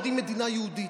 אומרים: מדינה יהודית.